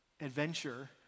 adventure